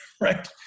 right